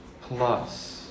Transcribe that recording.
plus